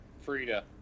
Frida